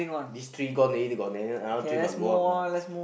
this three gone already got never three must go up all